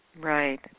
Right